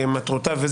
מטרותיו,